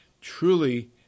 truly